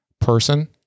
person